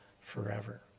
forever